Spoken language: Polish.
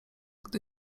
gdy